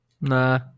Nah